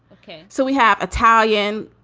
ok, so we have italian,